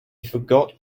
forgot